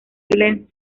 glen